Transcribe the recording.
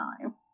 time